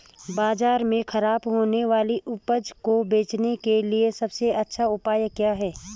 बाजार में खराब होने वाली उपज को बेचने के लिए सबसे अच्छा उपाय क्या हैं?